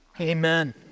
Amen